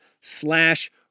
slash